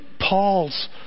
Paul's